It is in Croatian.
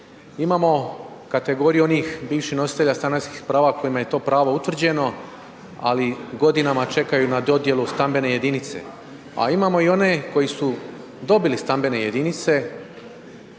Imamo kategoriju onih bivših nositelja stanarskih prava kojima je to pravo utvrđeno ali godinama čekaju na dodjelu stambene jedinice a imamo i one koji su dobili stambene jedinice